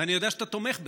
ואני יודע שאתה תומך בזה,